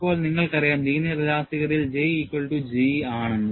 ഇപ്പോൾനിങ്ങൾക്കറിയാം linear ഇലാസ്തികതയിൽ J equal to G ആണെന്ന്